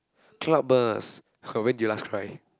cloud burst !huh! when did you last cry